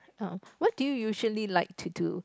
what do you usually like to do